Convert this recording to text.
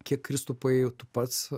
kiek kristupai tu pats